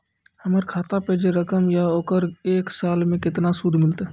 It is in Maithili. हमर खाता पे जे रकम या ओकर एक साल मे केतना सूद मिलत?